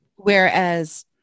Whereas